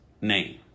name